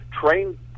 train